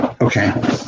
Okay